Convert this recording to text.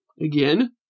again